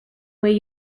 way